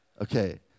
Okay